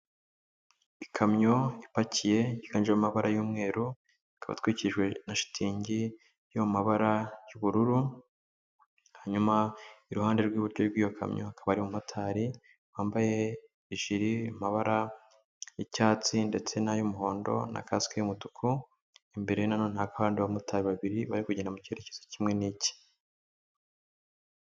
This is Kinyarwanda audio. Ikamyo ipakiye yiganjemo amabara y'umweru, ikaba itwikirijwe na shitingi yo mu mabara y'ubururu, hanyuma iruhande rw'iburyo rw'iyo kamyo hakaba hari umumotari, wambaye ijiri mu mabara y'icyatsi ndetse n'ay'umuhondo na kaske y'umutuku, imbere ye na none hababa n'abandi bamotari babiri bari kugenda mu cyerekezo kimwe n'icye.